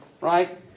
right